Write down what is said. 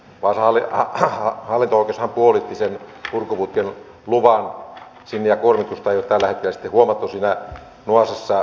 vaasan hallinto oikeushan puolitti sen purkuputken luvan sinne ja kuormitusta ei ole tällä hetkellä sitten huomattu siinä nuasessa sen enempää